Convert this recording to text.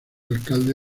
alcalde